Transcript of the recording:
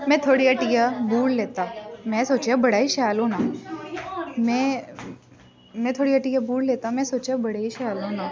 में थुआढ़ी हट्टिया बूट लेता मै सोचेआ बड़ा ई शैल होना में में थुआढ़ी हट्टिया बूट लेता में सोचेआ बड़ा ई शैल होना